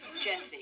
Jesse